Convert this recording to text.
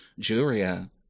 Juria